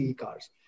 cars